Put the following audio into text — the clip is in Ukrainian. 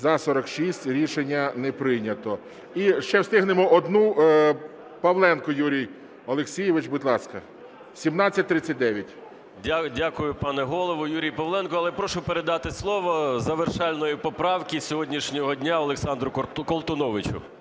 За-46 Рішення не прийнято. І ще встигнемо одну. Павленко Юрій Олексійович, будь ласка. 1739. 11:59:48 ПАВЛЕНКО Ю.О. Дякую, пане Голово. Юрій Павленко. Але прошу передати слово завершальної поправки сьогоднішнього дня Олександру Колтуновичу.